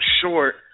short